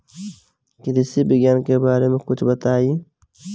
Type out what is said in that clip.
कृषि विज्ञान के बारे में कुछ बताई